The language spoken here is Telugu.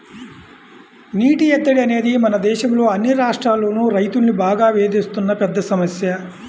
నీటి ఎద్దడి అనేది మన దేశంలో అన్ని రాష్ట్రాల్లోనూ రైతుల్ని బాగా వేధిస్తున్న పెద్ద సమస్య